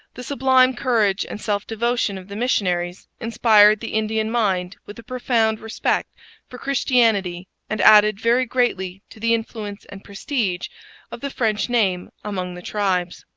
the sublime courage and self-devotion of the missionaries inspired the indian mind with a profound respect for christianity and added very greatly to the influence and prestige of the french name among the tribes.